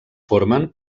formen